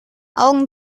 augen